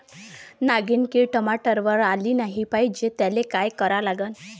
नागिन किड टमाट्यावर आली नाही पाहिजे त्याले काय करा लागन?